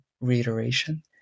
reiteration